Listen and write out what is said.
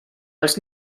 als